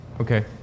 okay